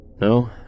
No